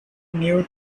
new